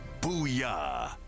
Booyah